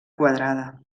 quadrada